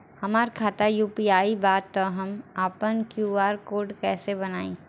हमार खाता यू.पी.आई बा त हम आपन क्यू.आर कोड कैसे बनाई?